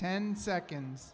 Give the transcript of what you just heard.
ten seconds